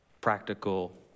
practical